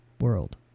World